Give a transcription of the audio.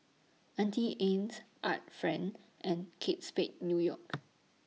Auntie Anne's Art Friend and Kate Spade New York